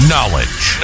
Knowledge